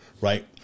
right